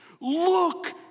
Look